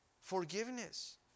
Forgiveness